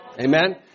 Amen